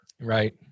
right